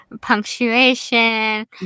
punctuation